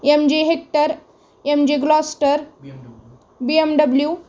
M G Hector M G Gloster B M W